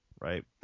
Right